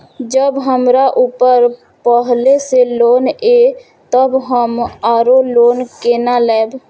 जब हमरा ऊपर पहले से लोन ये तब हम आरो लोन केना लैब?